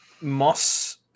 Moss